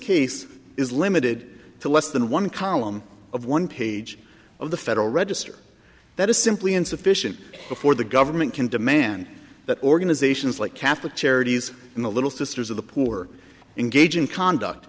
case is limited to less than one column of one page of the federal register that is simply insufficient before the government can demand that organizations like catholic charities and the little sisters of the poor engage in conduct